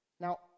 Now